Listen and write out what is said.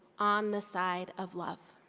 on the side of love.